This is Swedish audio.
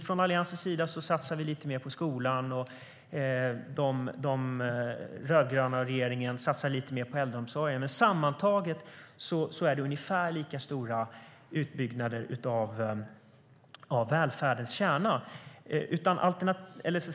Från Alliansens sida satsade vi lite mer på skolan. De rödgröna och regeringen satsade lite mer på äldreomsorgen. Men sammantaget är det ungefär lika stora utbyggnader av välfärdens kärna.